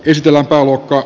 esitellään pääluokka